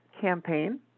campaign